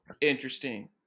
interesting